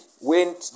went